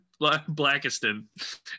Blackiston